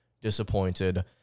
disappointed